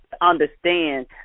understand